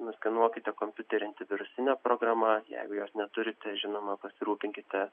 nuskenuokite kompiuterį antivirusine programa jeigu jos neturite žinoma pasirūpinkite